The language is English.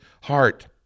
heart